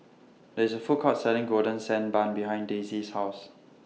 There IS A Food Court Selling Golden Sand Bun behind Daisy's House